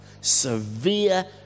Severe